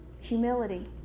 humility